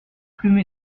plume